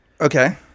Okay